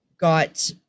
got